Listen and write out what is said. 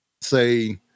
say